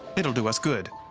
it'll do us good.